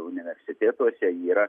universitetuose yra